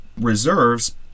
reserves